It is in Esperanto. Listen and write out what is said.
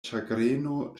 ĉagreno